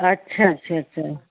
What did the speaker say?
अच्छा अच्छा अच्छा